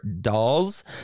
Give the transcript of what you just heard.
dolls